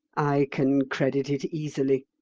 i can credit it easily,